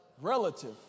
relative